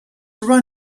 ran